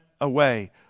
away